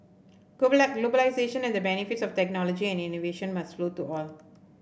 globalisation and the benefits of technology and innovation must flow to all